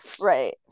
Right